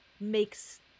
makes